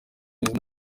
izina